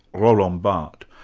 roland barthes,